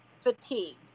fatigued